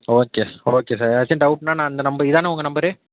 okay sir okay sir எதாச்சும் ட்வுட்ன்னா நான் இந்த நம்பர் இதானே உங்கள் நம்பரு